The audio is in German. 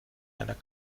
einer